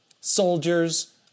Soldiers